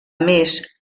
més